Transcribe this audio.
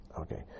Okay